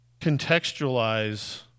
contextualize